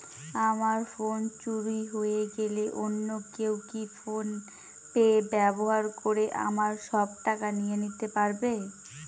আমার ফোন চুরি হয়ে গেলে অন্য কেউ কি ফোন পে ব্যবহার করে আমার সব টাকা নিয়ে নিতে পারবে?